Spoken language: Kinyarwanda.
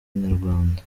inyarwanda